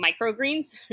microgreens